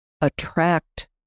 attract